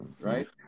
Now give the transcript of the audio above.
right